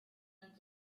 können